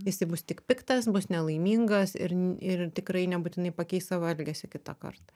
jisai bus tik piktas bus nelaimingas ir ir tikrai nebūtinai pakeis savo elgesį kitą kartą